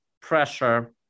pressure